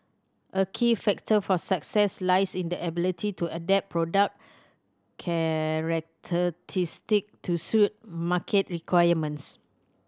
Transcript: a key factor for success lies in the ability to adapt product to suit market requirements